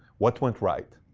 what went right?